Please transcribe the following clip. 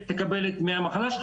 ותקבל את דמי המחלה שלך,